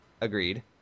Agreed